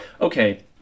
okay